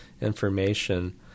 information